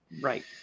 right